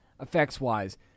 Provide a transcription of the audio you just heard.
effects-wise